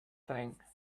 thing